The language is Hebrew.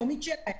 היומית שלהם.